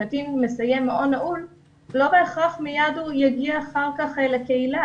כשקטין מסיים מעון נעול לא בהכרח מיד הוא יגיע אחר כך לקהילה,